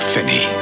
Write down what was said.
Finney